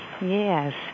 Yes